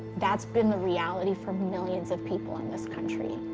that's been the reality for millions of people in this country.